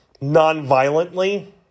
non-violently